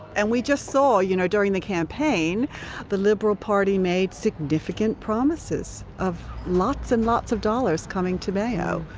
and we just saw you know during the campaign the liberal party made significant promises of lots and lots of dollars coming to mayo.